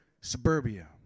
suburbia